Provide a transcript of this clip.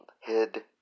head